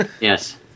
Yes